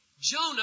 Jonah